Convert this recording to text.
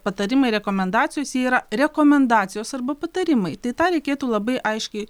patarimai rekomendacijos jie yra rekomendacijos arba patarimai tai tą reikėtų labai aiškiai